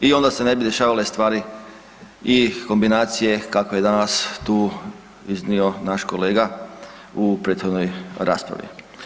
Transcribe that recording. I onda se ne bi dešavale stvari i kombinacije kakve danas tu iznio naš kolega u prethodnoj raspravi.